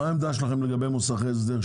מה העמדה שלכם לגבי מוסכי הסדר,